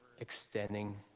extending